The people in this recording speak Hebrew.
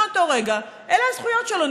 מאותו הרגע אלה הזכויות שלו,